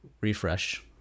Refresh